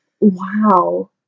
Wow